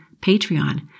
Patreon